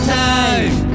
time